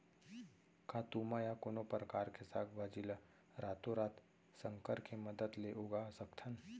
का तुमा या कोनो परकार के साग भाजी ला रातोरात संकर के मदद ले उगा सकथन?